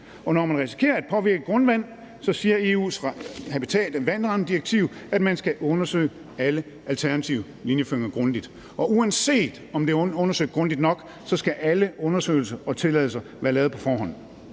når man risikerer at påvirke grundvand, siger EU's vandrammedirektiv, at man skal undersøge alle alternative linjeføringer grundigt, og uanset om det er undersøgt grundigt nok, skal alle undersøgelser og tilladelser være lavet på forhånd,